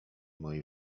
moi